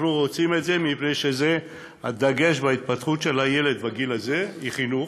אנחנו רוצים את זה מפני שהדגש בהתפתחות של הילד בגיל הזה הוא חינוך,